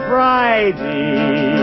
Friday